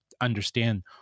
understand